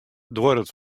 duorret